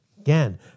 Again